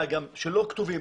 שלא כתובים,